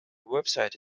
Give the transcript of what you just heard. website